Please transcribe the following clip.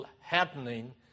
happening